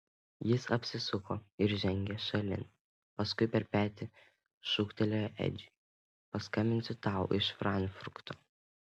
jis apsisuko ir žengė šalin paskui per petį šūktelėjo edžiui paskambinsiu tau iš frankfurto